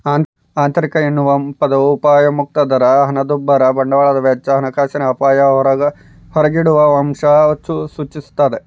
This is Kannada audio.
ಆಂತರಿಕ ಎನ್ನುವ ಪದವು ಅಪಾಯಮುಕ್ತ ದರ ಹಣದುಬ್ಬರ ಬಂಡವಾಳದ ವೆಚ್ಚ ಹಣಕಾಸಿನ ಅಪಾಯ ಹೊರಗಿಡುವಅಂಶ ಸೂಚಿಸ್ತಾದ